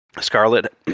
Scarlet